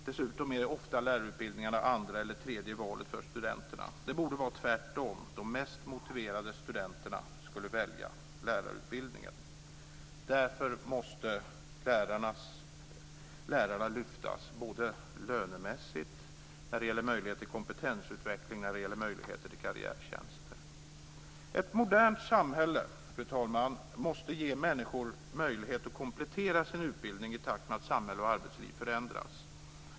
Dessutom är lärarutbildningarna ofta andra eller tredje valet för studenterna. Det borde vara tvärtom - de mest motiverade studenterna skulle välja lärarutbildningen. Därför måste lärarna lyftas fram både lönemässigt, när det gäller möjlighet till kompetensutveckling och när det gäller möjlighet till karriärtjänster. Fru talman! Ett modernt samhälle måste ge människor möjlighet att komplettera sin utbildning i takt med att samhälle och arbetsliv förändras.